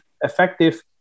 effective